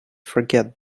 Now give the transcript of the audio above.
forget